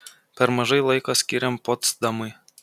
per mažai laiko skyrėm potsdamui